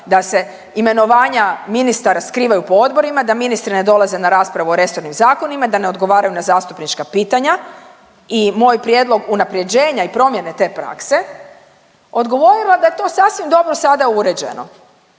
da se imenovanja ministara skrivaju po odborima, da ministri ne dolaze na raspravu o resornim zakonima, da ne odgovaraju na zastupnička pitanja i moj prijedlog unaprjeđenja i promjene te prakse odgovorila da je to sasvim dobro sada uređeno.